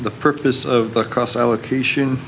the purpose of the cross allocation